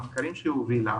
המחקרים שהיא הובילה,